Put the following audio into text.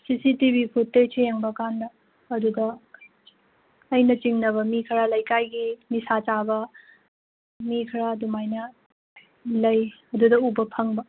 ꯁꯤ C T V footage ꯌꯦꯡꯕ ꯀꯥꯟꯗ ꯑꯗꯨꯗ ꯑꯩꯅ ꯆꯤꯡꯅꯕ ꯃꯤ ꯈꯔ ꯂꯩꯀꯥꯏꯒꯤ ꯅꯤꯁꯥ ꯆꯥꯕ ꯃꯤ ꯈꯔ ꯑꯗꯨꯃꯥꯏꯅ ꯂꯩ ꯑꯗꯨꯗ ꯎꯕ ꯐꯪꯕ